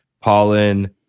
pollen